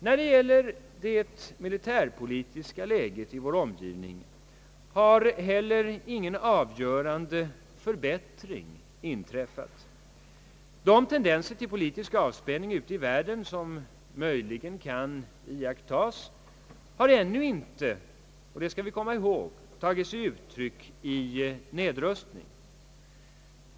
När det gäller det militärpolitiska läget i vår omgivning har heller inga avgörande förbättringar inträffat. De tendenser till politiska avspänningar ute i världen som möjligen kan iakttagas har ännu inte — och det skall vi komma ihåg — tagit sig uttryck i nedrustning.